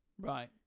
Right